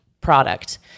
product